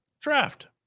Draft